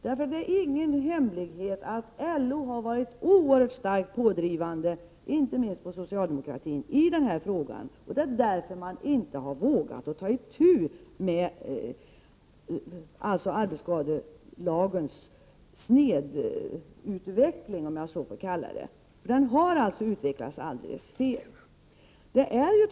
Det är ingen hemlighet att LO har varit oerhört starkt pådrivande, inte minst på socialdemokratin, i den här frågan, och det är därför som man inte har vågat ta itu med snedutvecklingen beträffande arbetsskadelagen — utvecklingen har gått fel.